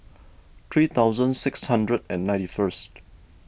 three thousand six hundred and ninety first